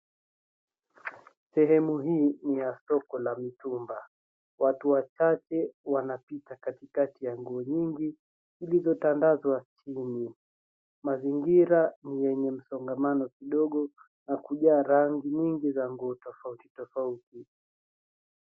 Sehemu hii ni ya soko la mitumba. Watu wachache wanapita katikati ya nguo nyingi zilizotandazwa chini. Mazingira ni yenye msongamano kidogo na kujaa rangi nyingi za nguo tofautitofauti.